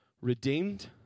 redeemed